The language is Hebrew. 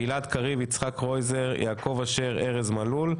גלעד קריב, יצחק קרויזר, יעקב אשר וארז מלול.